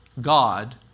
God